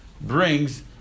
brings